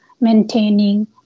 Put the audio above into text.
maintaining